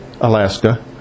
Alaska